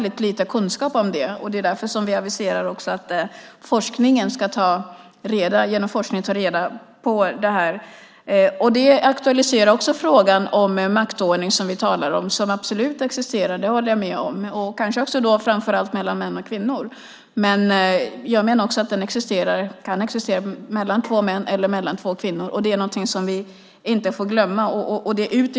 Det är därför vi aviserar att vi genom forskning ska ta reda på det. Det aktualiserar också frågan om maktordning, som vi talar om. Det existerar absolut - det håller jag med om - kanske framför allt mellan män och kvinnor. Jag menar att den också kan existera mellan två män eller mellan två kvinnor. Det får vi inte glömma.